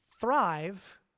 thrive